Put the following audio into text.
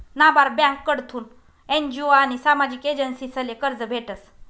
नाबार्ड ब्यांककडथून एन.जी.ओ आनी सामाजिक एजन्सीसले कर्ज भेटस